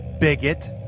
Bigot